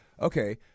okay